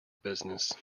business